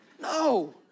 No